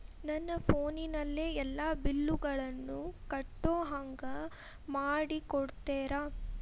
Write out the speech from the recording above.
ನನ್ನ ಫೋನಿನಲ್ಲೇ ಎಲ್ಲಾ ಬಿಲ್ಲುಗಳನ್ನೂ ಕಟ್ಟೋ ಹಂಗ ಮಾಡಿಕೊಡ್ತೇರಾ?